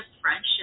friendship